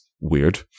weird